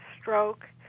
stroke